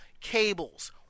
cables